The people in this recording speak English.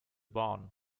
barn